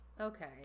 Okay